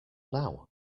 now